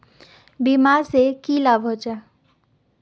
बीमा से की लाभ होचे?